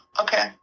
Okay